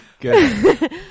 Good